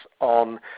on